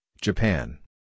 Japan